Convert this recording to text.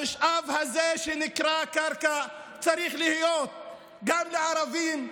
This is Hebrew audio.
המשאב הזה שנקרא קרקע צריך להיות גם לערבים,